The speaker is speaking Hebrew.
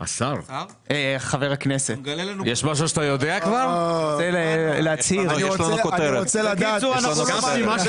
הדבר האלמנטרי שהיה צריך להיות כאן עכשיו היה לומר שאנחנו מבינים את